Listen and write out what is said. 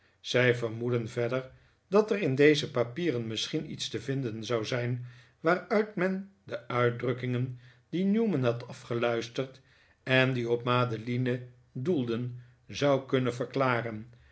zij vermoedden verder dat er in deze papieren misschien iets te vinden zou zijn waaruit men de uitdrukkingen die newman had afgeluisterd en die op madeline doelden zou kunnen verklaren